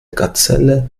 gazelle